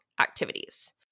activities